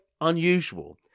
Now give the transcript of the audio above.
unusual